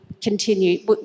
continue